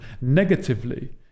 Negatively